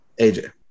AJ